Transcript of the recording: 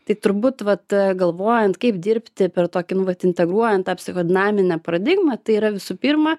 tai turbūt vat galvojant kaip dirbti per tokį vat integruojant tą psichodinaminę paradigmą tai yra visų pirma